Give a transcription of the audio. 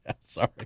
Sorry